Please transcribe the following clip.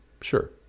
Sure